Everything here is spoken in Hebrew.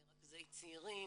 רכזי צעירים,